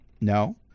No